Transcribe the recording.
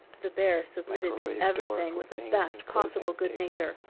the bear submitted to everything with the best possible good-nature,